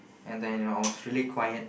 and then I was really quiet